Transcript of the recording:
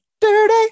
dirty